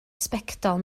sbectol